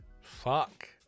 Fuck